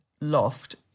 loft